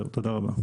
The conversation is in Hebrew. תודה רבה.